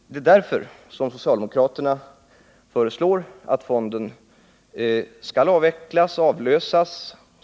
Det är därför som socialdemokraterna föreslår att fonden skall avvecklas och avlösas.